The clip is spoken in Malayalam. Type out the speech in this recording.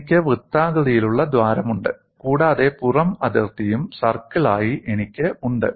എനിക്ക് വൃത്താകൃതിയിലുള്ള ദ്വാരമുണ്ട് കൂടാതെ പുറം അതിർത്തിയും സർക്കിളായി എനിക്ക് ഉണ്ട്